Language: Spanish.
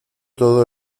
todo